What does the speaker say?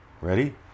Ready